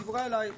היא דיברה אליי.